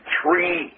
three